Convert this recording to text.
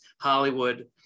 Hollywood